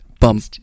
Bump